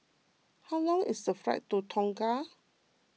how long is the flight to Tonga